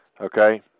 okay